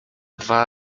dwa